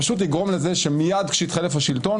זה פשוט יגרום לזה שמיד כשיתחלף השלטון,